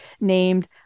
named